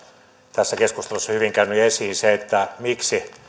tässä keskustelussa on hyvin käynyt esiin se miksi